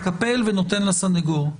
מקפל ונותן לסנגור,